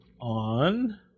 on